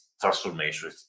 transformation